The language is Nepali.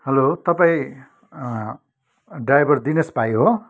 हेलो तपाईँ ड्राइभर दिनेश भाइ हो